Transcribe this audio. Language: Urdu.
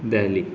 دہلی